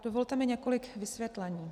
Dovolte mi několik vysvětlení.